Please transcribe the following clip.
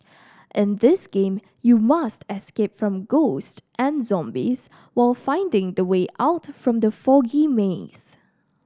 in this game you must escape from ghosts and zombies while finding the way out from the foggy maze